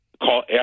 Call